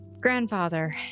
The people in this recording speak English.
grandfather